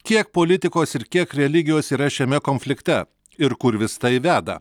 kiek politikos ir kiek religijos yra šiame konflikte ir kur vis tai veda